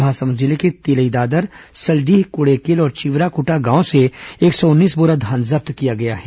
महासमुंद जिले के तिलईदादर सल्डीह कुड़ेकेल और चिवराकटा गांव से एक सौ उन्नीस बोरा धान जब्त किया गया है